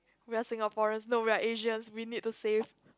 we are Singaporeans no we are Asians we need to save